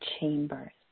chambers